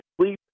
Sleep